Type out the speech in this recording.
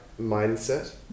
mindset